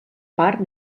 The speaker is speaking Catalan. part